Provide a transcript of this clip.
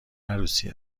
عروسی